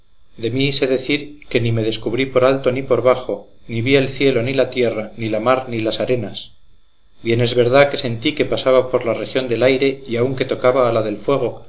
de mí sé decir que ni me descubrí por alto ni por bajo ni vi el cielo ni la tierra ni la mar ni las arenas bien es verdad que sentí que pasaba por la región del aire y aun que tocaba a la del fuego